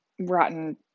rotten